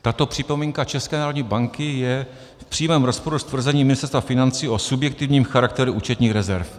Tato připomínka České národní banky je v přímém rozporu s tvrzením Ministerstva financí o subjektivním charakteru účetních rezerv.